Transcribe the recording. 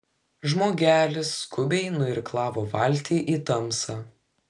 žmogelis skubiai nuirklavo valtį į tamsą